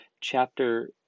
chapter